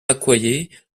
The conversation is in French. accoyer